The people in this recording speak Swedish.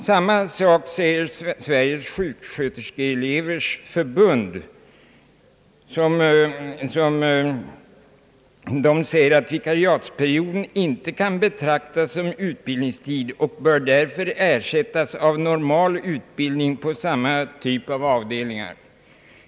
Samma sak säger Sveriges sjuksköterskeelevers förbund, som anser att vikariatsperioden inte kan betraktas som utbildningstid och därför bör ersättas av normal utbildning på samma typ av avdelningar.